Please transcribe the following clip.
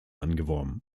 angeworben